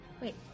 Wait